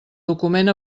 document